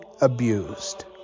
abused